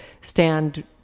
stand